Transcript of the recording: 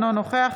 אינו נוכח